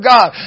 God